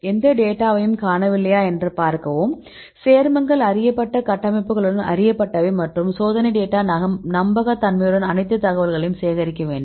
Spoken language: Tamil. எந்த டேட்டாவையும் காணவில்லையா என்று பார்க்கவும் சேர்மங்கள் அறியப்பட்ட கட்டமைப்புகளுடன் அறியப்பட்டவை மற்றும் சோதனை டேட்டா நம்பகத்தன்மையுடன் அனைத்து தகவல்களும் சேகரிக்க வேண்டும்